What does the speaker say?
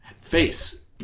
Face